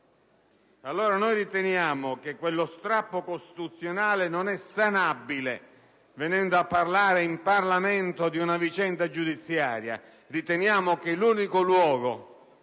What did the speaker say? Stato. Noi riteniamo che quello strappo costituzionale non sia sanabile venendo a parlare in Parlamento di una vicenda giudiziaria; riteniamo che l'unico luogo